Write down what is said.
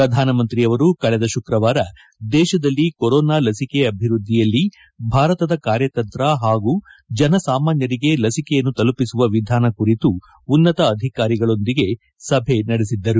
ಪ್ರಧಾನಮಂತ್ರಿಯವರು ಕಳೆದ ಶುಕ್ರವಾರ ದೇಶದಲ್ಲಿ ಕೊರೋನಾ ಲಸಿಕೆ ಅಭಿವ್ವದ್ದಿಯಲ್ಲಿ ಭಾರತದ ಕಾರ್ಯತಂತ್ರ ಹಾಗೂ ಜನಸಾಮಾನ್ದರಿಗೆ ಲಸಿಕೆಯನ್ನು ತಲುಪಿಸುವ ವಿಧಾನ ಕುರಿತು ಉನ್ನತ ಅಧಿಕಾರಿಗಳೊಂದಿಗೆ ಸಭೆ ನಡೆಸಿದ್ದರು